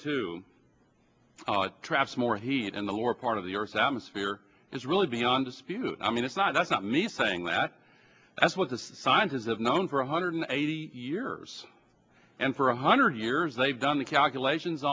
two traps more heat in the lower part of the earth's atmosphere is really beyond dispute i mean it's not that's not me saying that that's what the scientists have known for one hundred eighty years and for a hundred years they've done the calculations